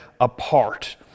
apart